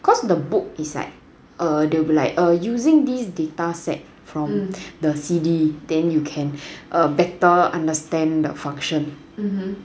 cause the book it's like err there will be like err using these data set from the C_D then you can better understand the function